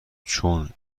چون